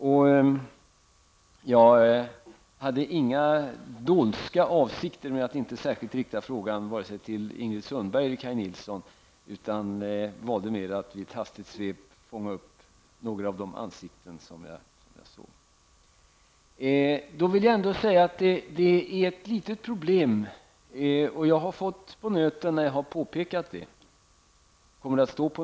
Det var inte med några dolska avsikter som jag inte riktade frågan särskilt till vare sig Ingrid Sundberg eller Kaj Nilsson. Jag valde bara att i ett hastigt svep fånga upp några av de ansikten som jag råkade se. Det finns emellertid ett litet problem, som jag har fått på nöten för när jag har påpekat.